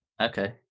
Okay